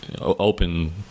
open